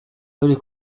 biri